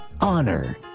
honor